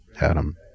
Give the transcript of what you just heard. Adam